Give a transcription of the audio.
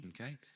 Okay